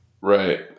Right